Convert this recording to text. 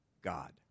God